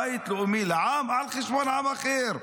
בית לאומי לעם על חשבון עם אחר.